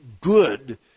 good